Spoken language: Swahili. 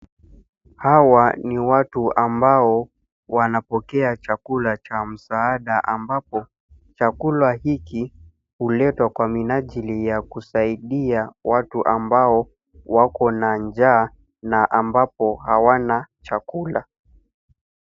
Hawa ni watu ambao wanapokea chakula cha msaada ambapo chakula hiki huletwa kwa minanjili ya kusaidia watu ambao wako na njaa na ambapo hawana chakula.